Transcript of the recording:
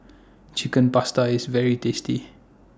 Chicken Pasta IS very tasty